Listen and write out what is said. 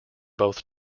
both